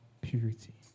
purity